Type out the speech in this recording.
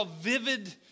vivid